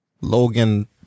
Logan